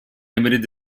limited